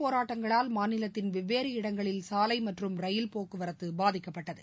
போராட்டங்களால் மாநிலத்தின் மறியல் வெவ்வேறு இடங்களில் சாலைமற்றும் ரயில் போக்குவரத்துபாதிக்கப்பட்டது